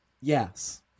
Yes